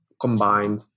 combined